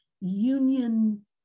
union